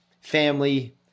family